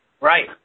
right